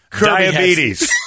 diabetes